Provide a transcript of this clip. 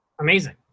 Amazing